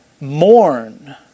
mourn